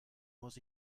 muss